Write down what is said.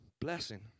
blessing